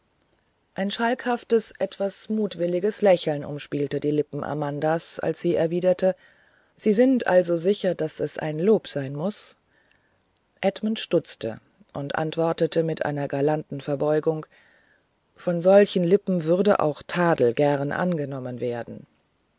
ein schalkhaftes etwas mutwilliges lächeln umspielte die lippen amandas als sie erwiderte sie sind also so sicher daß es lob sein muß edmund stutzte und antwortete mit einer galanten verbeugung von solchen lippen würde auch tadel gern angenommen werden